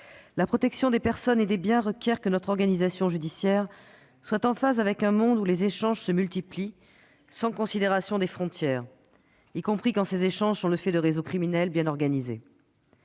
la protection des personnes et des biens requiert que notre organisation judiciaire soit en phase avec un monde où les échanges se multiplient sans considération des frontières, y compris quand ces échanges sont le fait de réseaux criminels bien organisés.